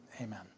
Amen